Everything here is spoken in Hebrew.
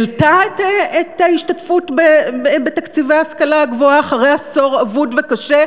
העלתה את ההשתתפות בתקציבי ההשכלה הגבוהה אחרי עשור אבוד וקשה,